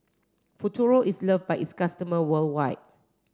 Futuro is love by its customer worldwide